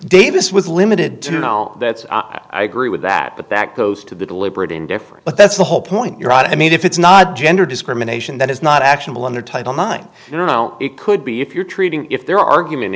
davis was limited to know that i agree with that but that goes to the deliberate indifference but that's the whole point you're i mean if it's not gender discrimination that is not actionable under title mind you know it could be if you're treating if their argument